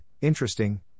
interesting